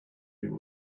you